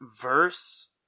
Verse